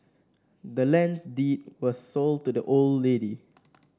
the land's deed was sold to the old lady